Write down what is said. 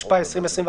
התשפ"א-2021,